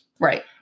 Right